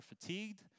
fatigued